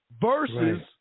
Versus